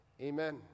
Amen